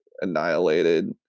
annihilated